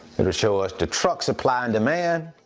it'll show us the truck supply and demand.